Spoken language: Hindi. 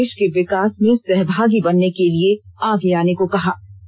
उन्होंने देष के विकास में सहभागी बनने के लिए आगे आने को कहा